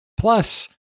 Plus